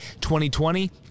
2020